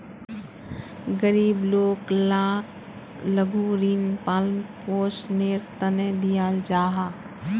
गरीब लोग लाक लघु ऋण पालन पोषनेर तने दियाल जाहा